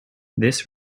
this